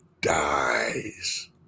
dies